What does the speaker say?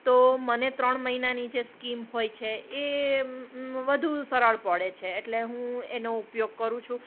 તો મને ત્રણ મહિનાની જે સ્કીમ હોય છે એ વધુ સરળ પડે છે એટલે હું એનો ઉપયોગ કરું છું